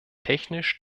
technisch